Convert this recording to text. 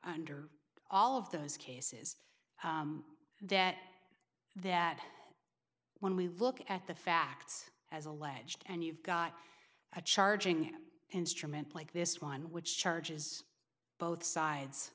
under all of those cases that that when we look at the facts as alleged and you've got a charging instrument like this one which charges both sides